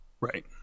Right